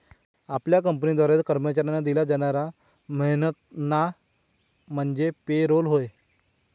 आपल्या कंपनीद्वारे कर्मचाऱ्यांना दिला जाणारा मेहनताना म्हणजे पे रोल होय